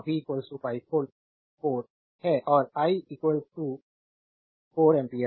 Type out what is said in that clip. V 5 volt 4 है और I 4 ampere